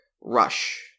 Rush